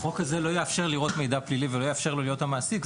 החוק הזה לא יאפשר לראות מידע פלילי ולא יאפשר לו להיות המעסיק,